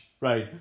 Right